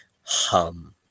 hum